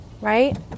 right